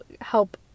help